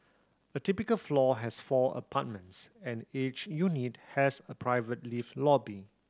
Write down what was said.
a typical floor has four apartments and each unit has a private lift lobby